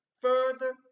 further